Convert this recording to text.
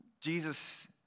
Jesus